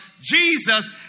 Jesus